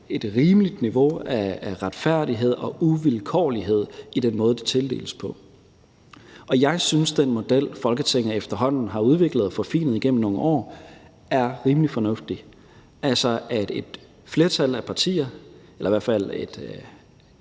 et rimeligt niveau af retfærdighed og uvilkårlighed i den måde, det tildeles på. Jeg synes, at den model, Folketinget efterhånden har udviklet og forfinet igennem nogle år, er rimelig fornuftig, altså at et flertal af partier, eller i hvert fald